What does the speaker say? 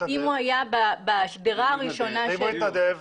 אם היה בשדרה הראשונה --- ואם הוא התנדב?